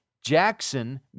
Jackson